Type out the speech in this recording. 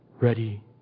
ready